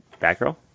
Batgirl